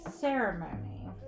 ceremony